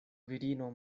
virino